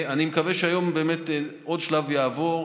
אני מקווה שהיום עוד שלב יעבור.